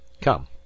come